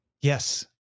Yes